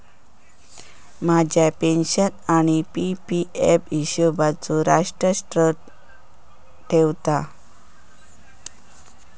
माझ्या पेन्शन आणि P P F हिशोबचो राष्ट्र ट्रस्ट ठेवता